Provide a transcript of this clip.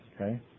Okay